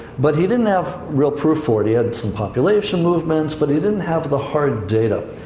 but he didn't have real proof for it. he had some population movements, but he didn't have the hard data.